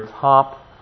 top